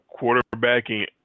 quarterbacking